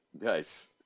Nice